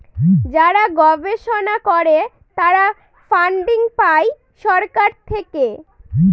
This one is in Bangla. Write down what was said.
যারা গবেষণা করে তারা ফান্ডিং পাই সরকার থেকে